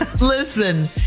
Listen